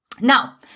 Now